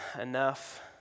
enough